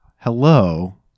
Hello